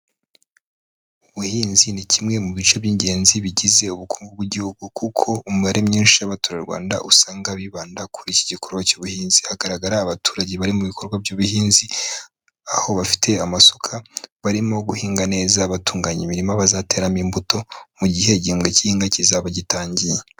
Ubuhinzi ni kimwe mu bice by'ingenzi bigize ubukungu bw'igihugu. Kuko umubare mwinshi w'abaturarwanda usanga bibanda kuri iki gikorwa cy'ubuhinzi, hagaragara abaturage bari mu bikorwa by'ubuhinzi, aho bafite amasuka. Barimo guhinga neza batunganya imirima bazateramo imbuto, mu gihe igihebwe cy'ihinga kizaba gitangiye.